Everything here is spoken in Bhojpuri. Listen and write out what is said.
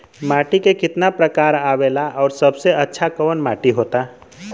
माटी के कितना प्रकार आवेला और सबसे अच्छा कवन माटी होता?